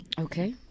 okay